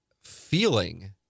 feeling